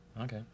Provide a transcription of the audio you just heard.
okay